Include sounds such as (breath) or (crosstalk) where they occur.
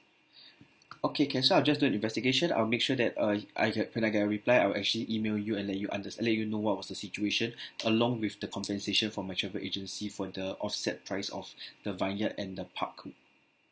okay can so I'll just do an investigation I'll make sure that uh I can can I get a reply I will actually email you and let you underst~ let you know what was the situation (breath) along with the compensation for my travel agency for the offset price of the vineyard and the park